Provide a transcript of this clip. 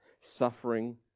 suffering